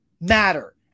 matter